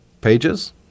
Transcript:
Pages